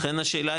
לכן השאלה,